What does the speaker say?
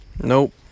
Nope